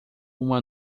uma